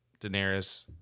Daenerys